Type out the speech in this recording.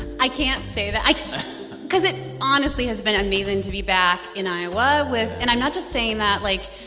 i can't say that. i because it honestly has been amazing to be back in iowa with and i'm not just saying that. like,